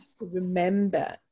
remember